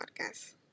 podcast